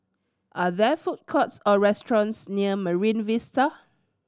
are there food courts or restaurants near Marine Vista